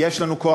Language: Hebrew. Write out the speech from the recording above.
יש לנו כוח,